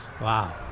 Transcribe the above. Wow